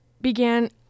began